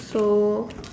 so